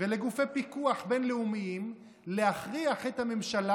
ולגופי פיקוח בין-לאומיים להכריח את הממשלה